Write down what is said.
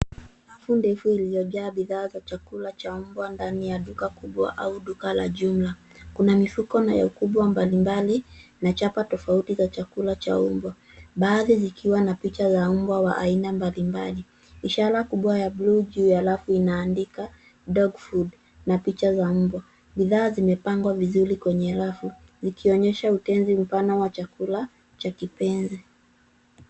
Rafu ndefu iliyojaa bidhaa za chakula cha umbwa ndani ya duka kubwa au duka la jumla kuna mifuko nayo kubwa mbali mbali na chapa tofauti za chakula cha umbwa baadhi zikiwa na picha za umbwa wa aina mbali mbali. Ishara kubwa ya bluu juu ya rafu ina andika DOG FOOD na picha za umbwa. Bidhaa zimepangwa vizuri kwenye rafu zikionyesha utenzi mpana wa chakula cha kipenzi.